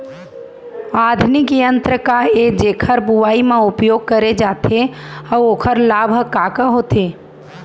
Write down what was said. आधुनिक यंत्र का ए जेकर बुवाई म उपयोग करे जाथे अऊ ओखर लाभ ह का का होथे?